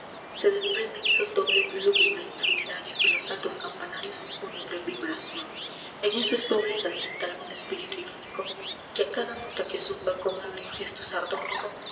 se desprenden esos dobles lúgubres y funerarios de los altos campanarios en fúnebre vibración en esos dobles alienta algún espíritu irónico que a cada nota que zumba con agrio gesto sardónico